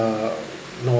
a no